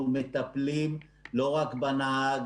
אנחנו מטפלים לא רק בנהג,